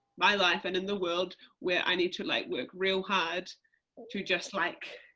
my life and in the world where i need to like work real hard to just like,